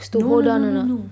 no no no no no